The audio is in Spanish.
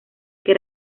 que